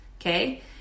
okay